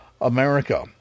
America